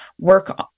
work